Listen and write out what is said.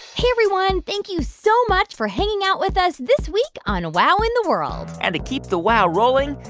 hey, everyone. thank you so much for hanging out with us this week on wow in the world and to keep the wow rolling,